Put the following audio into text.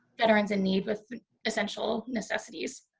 veterans in need with essential necessities.